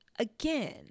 Again